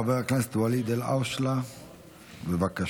חבר הכנסת ואליד אלהואשלה, בבקשה.